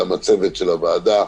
גם הצוות של הוועדה.